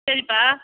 சரிப்பா